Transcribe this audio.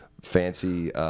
fancy